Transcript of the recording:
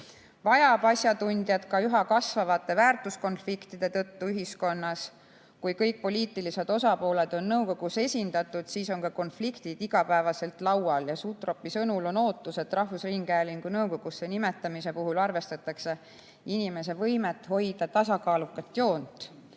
vajab asjatundjaid ka üha kasvavate väärtuskonfliktide tõttu ühiskonnas. Kui kõik poliitilised osapooled on nõukogus esindatud, siis on ka konfliktid igapäevaselt laual. Sutropi sõnul on ootus, et rahvusringhäälingu nõukogusse nimetamise puhul arvestatakse inimese võimet hoida tasakaalukat joont.